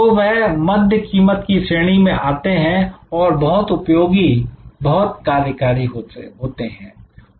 तो वह मध्य कीमत की श्रेणी में आते हैं और बहुत उपयोगी बहुत कार्यकारी होते हैं